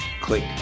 click